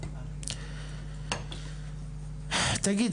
תגיד,